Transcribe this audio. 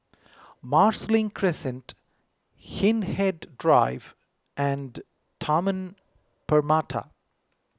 Marsiling Crescent Hindhede Drive and Taman Permata